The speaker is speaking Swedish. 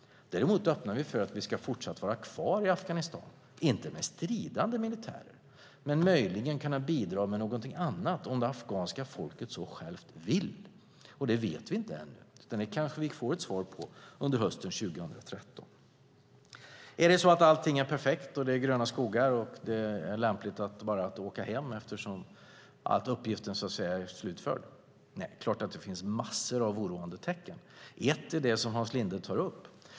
Däremot öppnar vi för att vi fortsatt ska vara kvar i Afghanistan - inte med stridande militärer men möjligen genom att bidra med någonting annat om det afghanska folket så självt vill. Det vet vi inte ännu, men det kanske vi får ett svar på under hösten 2013. Är allting då perfekt och gröna skogar? Är det lämpligt att bara åka hem eftersom uppgiften är slutförd? Nej, det är klart att det finns massor av oroande tecken. Ett är det som Hans Linde tar upp.